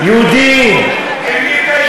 יהודי, גילית את אמריקה.